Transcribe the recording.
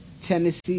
Tennessee